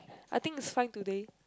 I think is fine today